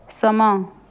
ਸਮਾਂ